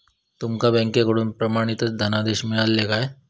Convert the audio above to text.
तुमका बँकेकडून प्रमाणितच धनादेश मिळाल्ले काय?